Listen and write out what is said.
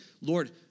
Lord